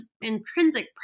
intrinsic